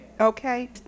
Okay